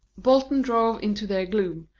bolton drove into their gloom,